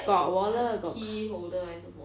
got wallet got car~